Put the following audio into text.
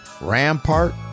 Rampart